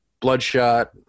Bloodshot